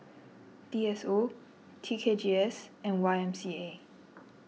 D S O T K G S and Y M C A